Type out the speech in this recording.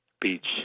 Beach